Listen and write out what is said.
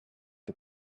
the